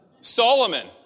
Solomon